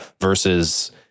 versus